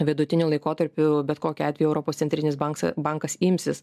vidutiniu laikotarpiu bet kokiu atveju europos centrinis bankas bankas imsis